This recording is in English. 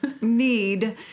need